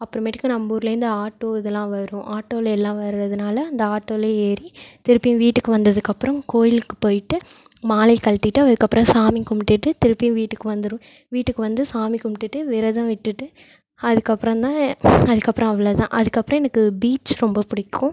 அப்புறமேட்டுக்கு நம்ம ஊரிலேந்து ஆட்டோ இதெல்லாம் வரும் ஆட்டோவில் எல்லாம் வரதுனால அந்த ஆட்டோலையே ஏறி திருப்பியும் வீட்டுக்கு வந்ததுக்கப்புறம் கோவிலுக்குப் போயிட்டு மாலையை கழட்டிகிட்டு அதுக்கப்புறம் சாமி கும்பிட்டுட்டு திருப்பியும் வீட்டுக்கு வந்துருவோம் வீட்டுக்கு வந்து சாமி கும்பிட்டுட்டு விரதம் விட்டுட்டு அதுக்கப்புறம் தான் அதுக்கப்புறம் அவ்வளோதான் அதுக்கப்புறம் எனக்கு பீச் ரொம்ப பிடிக்கும்